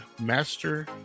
Master